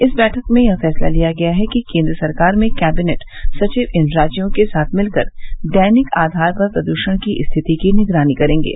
इस बैठक में यह फैसला लिया गया कि केंद्र सरकार में कैंबिनेट सचिव इन राज्यों के साथ मिलकर दैनिक आधार पर प्रदूषण की स्थिति की निगरानी करेंगे